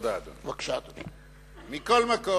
זה בונוס.